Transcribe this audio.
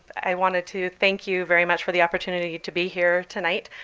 i wanted to thank you very much for the opportunity to be here tonight.